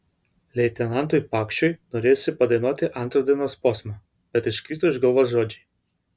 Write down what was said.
leitenantui pakšiui norėjosi padainuoti antrą dainos posmą bet iškrito iš galvos žodžiai